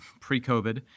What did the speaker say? pre-COVID